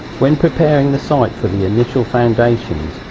when preparing the site for the initial foundations,